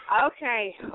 Okay